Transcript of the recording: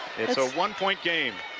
it's a one-point game.